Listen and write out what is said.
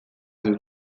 duzu